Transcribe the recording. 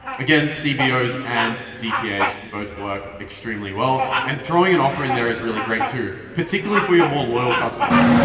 again, cbos and dpas both work extremely well and throwing an offer in there is really great too, particularly for your more loyal customers.